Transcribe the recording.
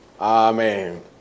Amen